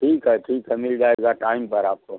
ठीक है ठीक है मिल जाएगा टाइम पर आपको